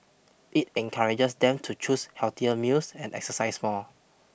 it encourages them to choose healthier meals and exercise more